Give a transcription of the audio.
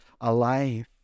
alive